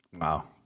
Wow